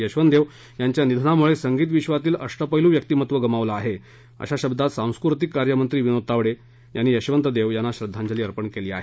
यशवंत देव यांच्या निधनामुळे संगीत विश्वातील अष्टपैलू व्यक्तिमत्त्व गमावलं आहे या शब्दांत सांस्कृतिक कार्यमंत्री विनोद तावडे यांनी यशवंत देव यांना श्रद्धांजली अर्पण केली आहे